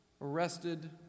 arrested